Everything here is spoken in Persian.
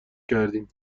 کردیم